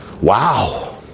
Wow